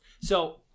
So-